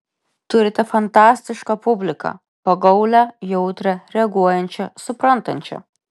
turite fantastišką publiką pagaulią jautrią reaguojančią suprantančią